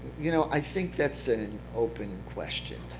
you know, i think that's an open question,